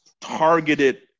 targeted